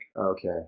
okay